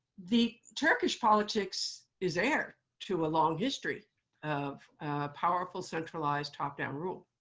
the turkish politics is heir to a long history of powerful, centralized, top-down rule.